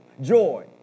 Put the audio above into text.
joy